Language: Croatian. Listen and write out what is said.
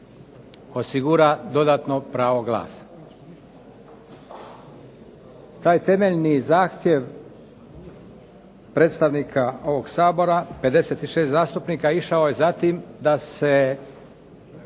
osigura dodatno pravo glasa.